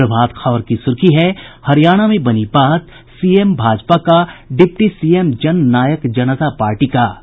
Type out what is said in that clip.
प्रभात खबर की सुर्खी है हरियाणा में बनी बात सीएम भाजपा का deputy CM Jannayak Janta party का होगा